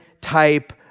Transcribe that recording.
type